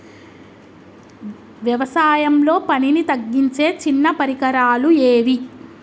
వ్యవసాయంలో పనిని తగ్గించే చిన్న పరికరాలు ఏవి?